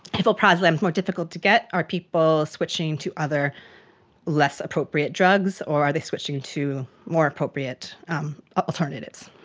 if alprazolam is more difficult to get, are people switching to other less appropriate drugs or are they switching to more appropriate um alternatives.